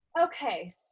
Okay